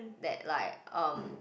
that like um